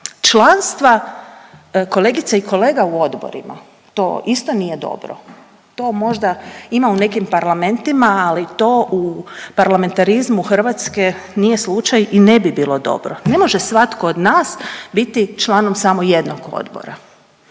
članstva, kolegice i kolega u odborima, to isto nije dobro. To možda ima u nekim parlamentima, ali to u parlamentarizmu Hrvatske nije slučaj i ne bi bilo dobro. Ne može svatko od nas biti članom samo jednog odbora.